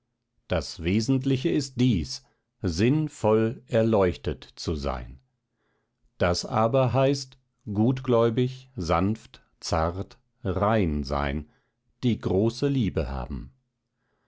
das wesentliche ist dies sinn voll erleuchtet zu sein das aber heißt gutgläubig sanft zart rein sein die große liebe haben